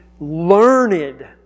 learned